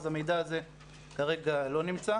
אז המידע הזה כרגע לא נמצא.